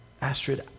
Astrid